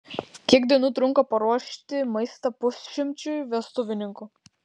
kiek dienų trunka paruošti maistą pusšimčiui vestuvininkų